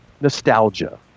Nostalgia